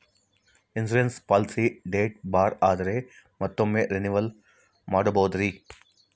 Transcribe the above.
Insurance policy date ಬಾರ್ ಆದರೆ ಮತ್ತೊಮ್ಮೆ ರಿನಿವಲ್ ಮಾಡಬಹುದ್ರಿ?